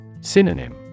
Synonym